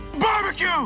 barbecue